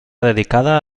dedicada